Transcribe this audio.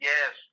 Yes